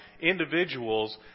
individuals